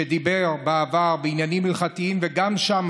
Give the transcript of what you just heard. שדיבר בעבר בעניינים הלכתיים, וגם שם